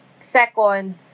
Second